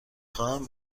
خواهم